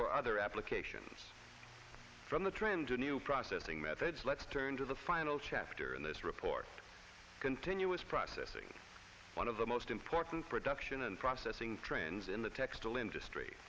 for other applications from the trend to new processing methods let's turn to the final chapter in this report can tenuous processing one of the most important production and processing trends in the textile industry